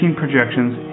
projections